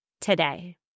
today